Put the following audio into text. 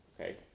Okay